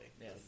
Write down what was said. yes